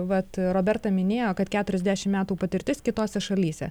vat roberta minėjo kad keturiasdešim metų patirtis kitose šalyse